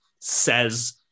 says